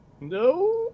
No